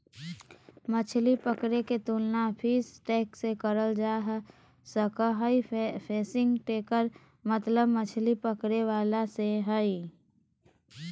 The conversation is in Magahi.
मछली पकड़े के तुलना फिशिंग टैकल से करल जा सक हई, फिशिंग टैकल मतलब मछली पकड़े वाला से हई